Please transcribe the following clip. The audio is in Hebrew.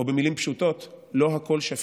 או במילים פשוטות: לא הכול שפיט.